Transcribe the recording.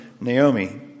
Naomi